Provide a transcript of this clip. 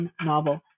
novel